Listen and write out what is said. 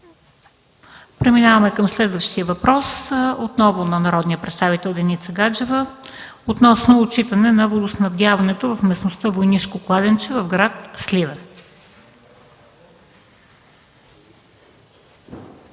Преминаваме към следващия въпрос – отново на народния представител Деница Гаджева, относно отчитане на водоснабдяването в местността „Войнишко кладенче” в град Сливен.